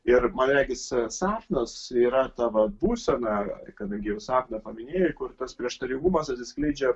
ir man regisi sapnas yra ta va būsena kadangi sapną paminėjai kur tas prieštaringumas atsiskleidžia